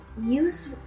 use